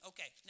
Okay